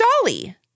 Dolly